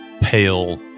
pale